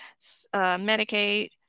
Medicaid